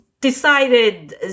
decided